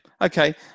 Okay